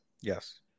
Yes